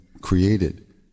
created